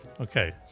Okay